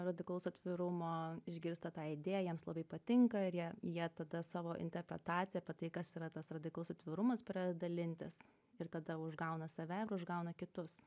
radikalaus atvirumo išgirsta tą idėją jiems labai patinka ir jie jie tada savo interpretaciją apie tai kas yra tas radikalus atvirumas pradeda dalintis ir tada užgauna save ir užgauna kitus